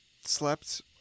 slept